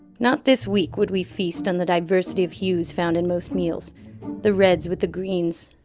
not this week would we feast on the diversity of hues found in most meals the reds with the greens,